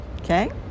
okay